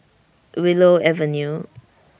Willow Avenue